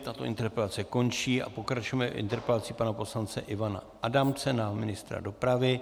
Tato interpelace končí a pokračujeme interpelací pana poslance Ivana Adamce na ministra dopravy.